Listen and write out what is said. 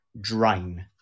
drain